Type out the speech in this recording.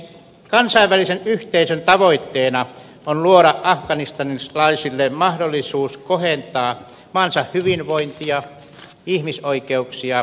kansainvälisen yhteisön tavoitteena on luoda afganistanilaisille mahdol lisuus kohentaa maansa hyvinvointia ihmisoi keuksia ja tasa arvoa